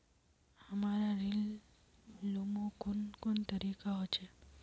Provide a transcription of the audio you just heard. हमरा ऋण लुमू कुन कुन तरीका होचे?